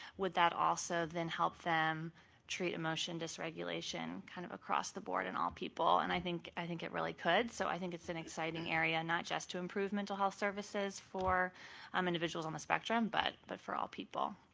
would that also then help them treat emotion dysregulation kind of across the board in all people, and i think i think it really could, so i think it's an exciting area not just to improve mental health services for um individuals on the spectrum but but for all people.